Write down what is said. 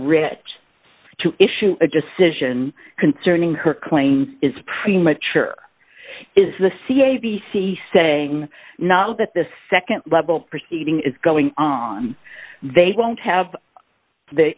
rich to issue a decision concerning her claims is premature is the c a b c saying not that the nd level proceeding is going on they don't have the